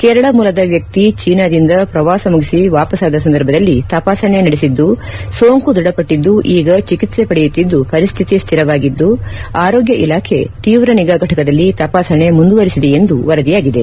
ಕೇರಳ ಮೂಲದ ವ್ಯಕ್ತಿ ಚೀನಾದಿಂದ ಪ್ರವಾಸ ಮುಗಿಸಿ ವಾಪಸಾದ ಸಂದರ್ಭದಲ್ಲಿ ತಪಾಸಣೆ ನಡೆಸಿದ್ದು ಸೋಂಕು ಧೃದಪಟ್ಟಿದ್ದು ಈಗ ಚಿಕಿತ್ಸೆ ಪಡೆಯುತ್ತಿದ್ದು ಪರಿರಸ್ಥಿತಿ ಸ್ಥಿರವಾಗಿದ್ದು ಆರೋಗ್ಯ ಇಲಾಖೆ ತೀವ್ರ ನಿಗಾ ಘಟಕದಲ್ಲಿ ತಪಾಸಣೆ ಮುಂದುವರಿಸಿದೆ ಎಂದು ವರದಿಯಾಗಿದೆ